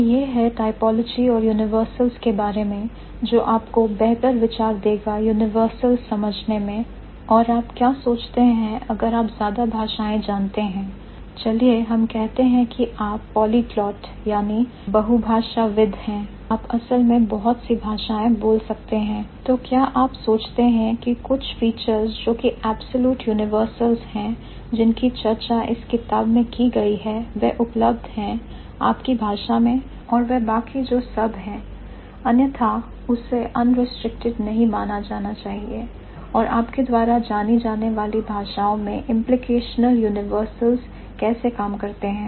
तो यह है typology और universals के बारे में जो आपको बेहतर विचार देगा universals समझने में और आप क्या सोचते हैं अगर आप ज्यादा भाषाएं जानते हैं चलिए हम कहते हैं कि आप बहुभाषाविद हैं आप असल में बहुत सी भाषाएं बोल सकते हैं तो क्या आप सोचते हैं कि कुछ फीचर्स जोकि absolute universals हैं जिनकी चर्चा इस किताब में की गई है वह उपलब्ध है आपकी भाषा में और वह बाकी जो सब हैं अन्यथा उससे unrestricted नहीं माना जाना चाहिए और आपके द्वारा जानी जाने वाली भाषाओं में implicational universals कैसे काम करते हैं